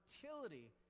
fertility